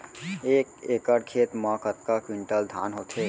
एक एकड़ खेत मा कतका क्विंटल धान होथे?